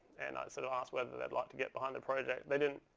and i sort of asked whether they'd like to get behind the project. they didn't